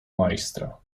majstra